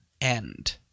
end